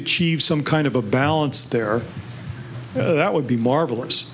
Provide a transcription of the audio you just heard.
achieve some kind of a balance there that would be marvelous